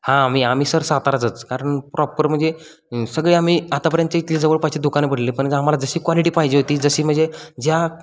हां आम्ही आम्ही सर साताराचंच कारण प्रॉपर म्हणजे सगळे आम्ही आतापर्यंतची इथली जवळपासची दुकानं भरले पण जर आम्हाला जशी क्वालिटी पाहिजे होती जशी म्हणजे ज्या